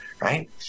Right